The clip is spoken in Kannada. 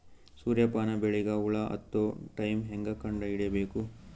ಸೂರ್ಯ ಪಾನ ಬೆಳಿಗ ಹುಳ ಹತ್ತೊ ಟೈಮ ಹೇಂಗ ಕಂಡ ಹಿಡಿಯಬೇಕು?